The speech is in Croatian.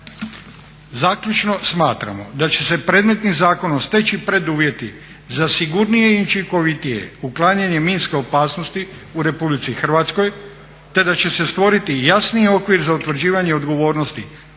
Zaključno smatramo da će se predmetnim zakonom steći preduvjeti za sigurnije i učinkovitije uklanjanje minske opasnosti u RH te da će se stvoriti jasniji okvir za utvrđivanje odgovornosti